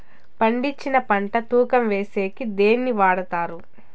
పండించిన పంట తూకం వేసేకి దేన్ని వాడతారు?